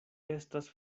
estas